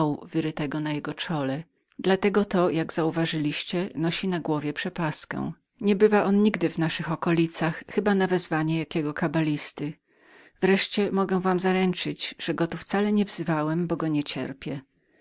wyrytego na jego czole dla tego to jak uważaliście nosi na głowie przepaskę nie bywa on nigdy w naszych okolicach chyba na wezwanie jakiego kabalisty wreszcie mogę wam zaręczyć że ja go tu wcale nie wezwałem nie mogę go